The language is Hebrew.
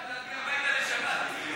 אבל צריך להגיע הביתה לשבת.